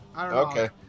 Okay